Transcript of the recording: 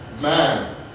man